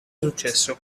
successo